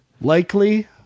Likely